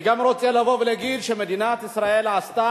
אני גם רוצה לבוא ולהגיד שמדינת ישראל עשתה